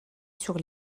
sur